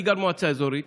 אני גר במועצה אזורית,